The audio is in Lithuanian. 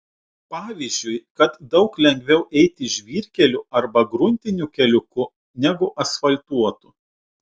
pavyzdžiui kad daug lengviau eiti žvyrkeliu arba gruntiniu keliuku negu asfaltuotu